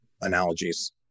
analogies